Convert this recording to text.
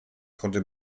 konnte